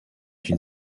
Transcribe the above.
une